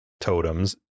totems